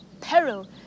peril